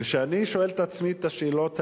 וכשאני שואל את עצמי את השאלות האלה,